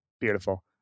Beautiful